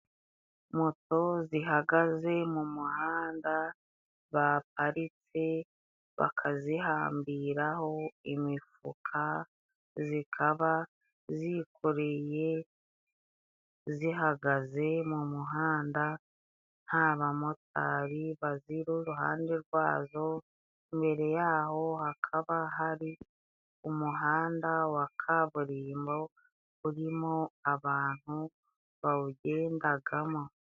Moto zihagaze mu muhanda ba paritse; bakazihambiraho imifuka zikaba zikoreye, zihagaze mu muhanda nta bamotari baziri iruhande rwazo, imbere yaho hakaba hari umuhanda wa kaburimbo urimo abantu bawugendagamo.